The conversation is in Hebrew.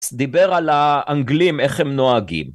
דיבר על האנגלים, איך הם נוהגים.